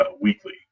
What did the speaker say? weekly